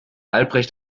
albrecht